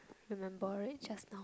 remember it just now